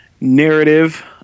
narrative